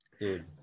dude